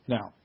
Now